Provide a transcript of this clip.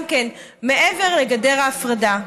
גם כן מעבר לגדר ההפרדה?